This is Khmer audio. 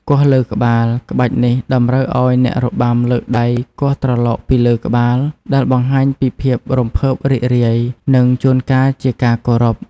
គោះលើក្បាល ក្បាច់នេះតម្រូវឱ្យអ្នករបាំលើកដៃគោះត្រឡោកពីលើក្បាល ដែលបង្ហាញពីភាពរំភើបរីករាយ និងជួនកាលជាការគោរព។